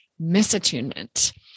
misattunement